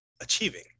achieving